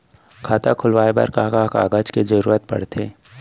खाता खोलवाये बर का का कागज के जरूरत पड़थे?